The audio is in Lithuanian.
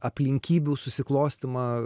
aplinkybių susiklostymą